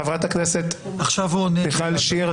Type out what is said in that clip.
חברת הכנסת מיכל שיר,